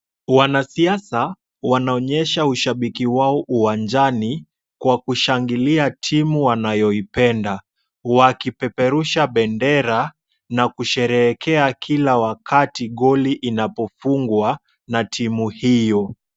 Wanasiasa wanaonyesha ushabiki wao uwanjani kwa kushangilia timu wanayoipenda wakipeperusha bendera na wakisherehekea kila wakati goli inapofungwa na timu hiyo.